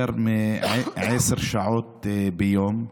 יותר מעשר שעות ביום,